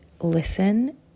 listen